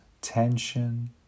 tension